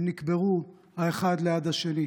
הם נקברו אחד ליד השני,